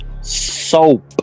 Soap